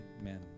Amen